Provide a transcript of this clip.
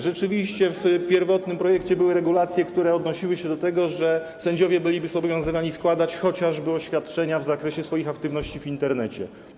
Rzeczywiście w pierwotnym projekcie były regulacje, które odnosiły się do tego, że sędziowie byliby zobowiązani składać chociażby oświadczenia w zakresie swoich aktywności w Internecie.